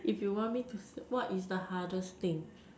if you want me to what is the hardest thing